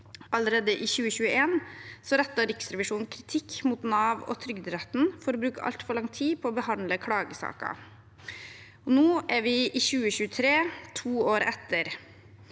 Allerede i 2021 rettet Riksrevisjonen kritikk mot Nav og Trygderetten for å bruke altfor lang tid på å behandle klagesaker. Nå er vi i 2023, to år etter.